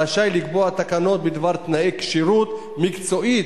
רשאי לקבוע תקנות בדבר תנאי כשירות מקצועית